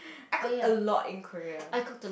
I cooked a lot in Korea